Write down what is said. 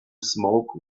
smoke